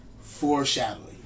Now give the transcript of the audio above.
foreshadowing